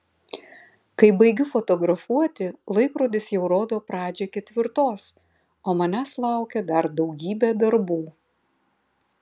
kai baigiu fotografuoti laikrodis jau rodo pradžią ketvirtos o manęs laukia dar daugybė darbų